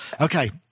Okay